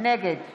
נגד